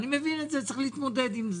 אני מבין את זה, צריך להתמודד עם זה,